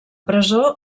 presó